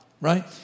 Right